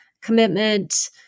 commitment